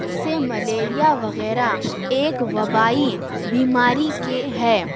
سے ملیریا وغیرہ ایک وبائی بیماری کے ہے